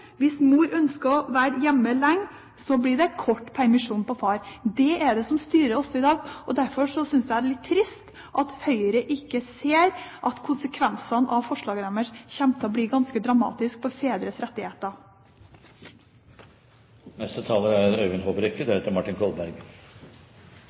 Hvis mor ønsker å være hjemme lenge, blir det kort permisjon på far. Det er det som styrer oss i dag. Derfor synes jeg det er litt trist at Høyre ikke ser at konsekvensene av forslaget deres kommer til å bli ganske dramatisk for fedres